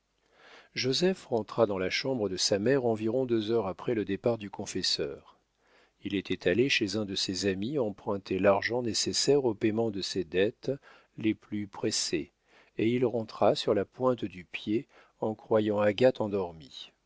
joseph rentra dans la chambre de sa mère environ deux heures après le départ du confesseur il était allé chez un de ses amis emprunter l'argent nécessaire au payement de ses dettes les plus pressées et il rentra sur la pointe du pied en croyant agathe endormie